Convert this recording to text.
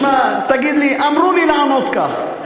תשמע, תגיד לי, אמרו לי לעמוד כך,